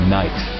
night